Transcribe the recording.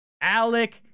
Alec